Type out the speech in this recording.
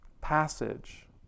passage